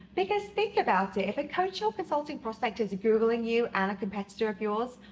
because think about it, if a coaching or consulting prospect is googling you and a competitor of yours,